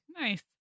Nice